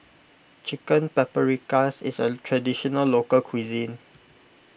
Chicken Paprikas is a Traditional Local Cuisine